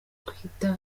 twitter